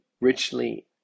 richly